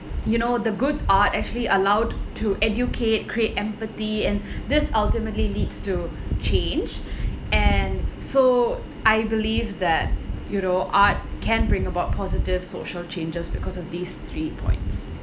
you know the good art actually allowed to educate create empathy and this ultimately leads to change and so I believe that you know art can bring about positive social changes because of these three points